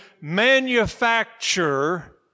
manufacture